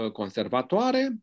conservatoare